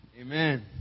Amen